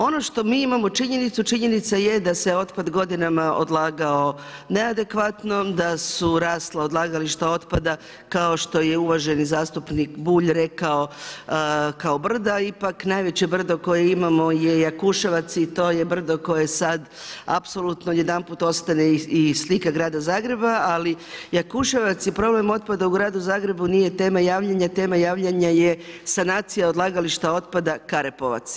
Ono što mi imamo činjenicu, činjenica je da se otpad godinama odlagao neadekvatno, da su rasla odlagališta otpada kao što je uvaženi zastupnik Bulj rekao kao brda, ipak najveće brdo koje imamo je Jakuševac i to je brdo koje sad apsolutno jedanput ostane i slika grada Zagreba, ali Jakuševac je problem otpada u gradu Zagrebu, nije tema javljanja, tema javljanja je sanacija odlagališta otpada Karepovac.